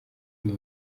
iyi